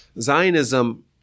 Zionism